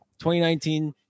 2019